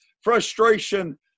frustration